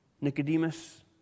Nicodemus